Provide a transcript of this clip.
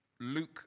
Luke